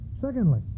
Secondly